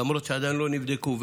למרות שעדיין לא נבדקו.